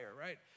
right